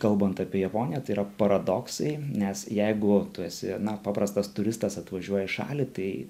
kalbant apie japoniją tai yra paradoksai nes jeigu tu esi na paprastas turistas atvažiuoja į šalį tai